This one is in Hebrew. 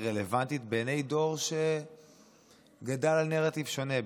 רלוונטית בעיני דור שגדל על נרטיב שונה,